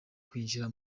kwinjira